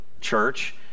church